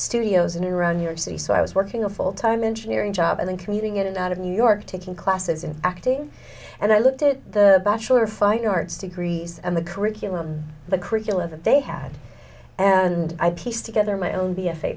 studios and around your city so i was working a full time engineering job and then commuting in and out of new york taking classes in acting and i looked at the bachelor fine arts degrees and the curriculum the curricula that they had and i pieced together my own b